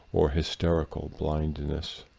or hysterical blindness.